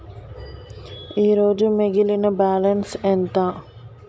ఈరోజు మిగిలిన బ్యాలెన్స్ ఎంత?